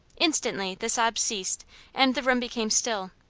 instantly the sobs ceased and the room became still.